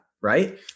right